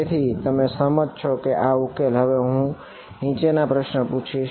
તેથી તમે સહમત છો કે આ ઉકેલ છે હવે હું તમને નીચેના પ્રશ્નો પૂછીશ